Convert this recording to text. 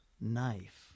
Knife